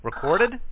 Recorded